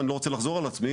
אני לא רוצה לחזור על עצמי,